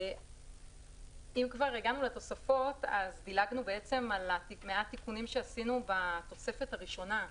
הגענו לתוספת ודילגנו על התיקונים שעשינו בתוספת הראשונה.